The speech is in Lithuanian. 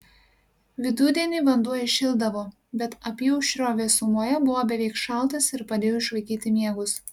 vidudienį vanduo įšildavo bet apyaušrio vėsumoje buvo beveik šaltas ir padėjo išvaikyti miegus